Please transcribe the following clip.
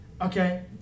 Okay